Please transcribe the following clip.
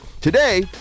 today